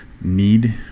need